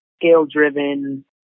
scale-driven